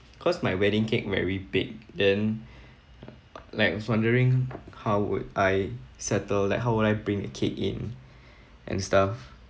cause my wedding cake very big then like I was wondering how would I settle like how would I bring a cake in and stuff